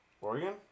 Oregon